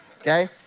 okay